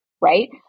right